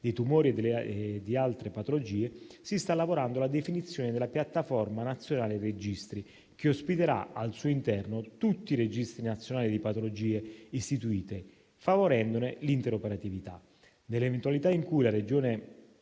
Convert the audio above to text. dei tumori e delle altre patologie, si sta lavorando per la definizione della piattaforma nazionale registri, che ospiterà al suo interno tutti i registri nazionali di patologie istituiti, favorendone l'interoperatività. Nell'eventualità in cui una Regione